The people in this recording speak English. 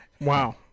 Wow